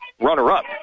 runner-up